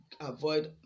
avoid